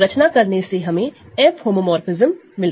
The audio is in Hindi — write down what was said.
और रचना करने से हमें F होमोमोरफ़िज्म मिलता है